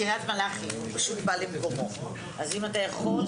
קריית מלאכי הוא פשוט בא למקומו, אז אם אתה יכול.